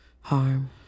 harm